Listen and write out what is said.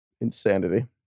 insanity